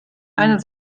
eine